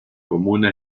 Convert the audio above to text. comuna